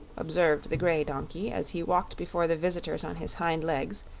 observed the grey donkey, as he walked before the visitors on his hind legs,